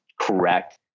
correct